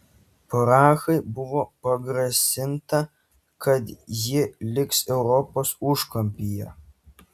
prahai buvo pagrasinta kad ji liks europos užkampyje